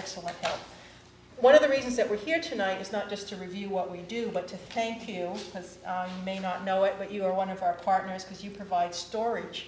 excellent one of the reasons that we're here tonight is not just to review what we do but to thank you and may not know it but you are one of our partners because you provide storage